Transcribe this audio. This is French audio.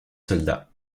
soldats